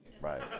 Right